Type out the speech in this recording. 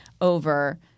over